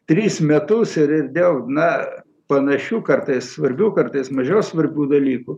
tris metus ir ir dėl na panašių kartais svarbių kartais mažiau svarbių dalykų